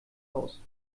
aus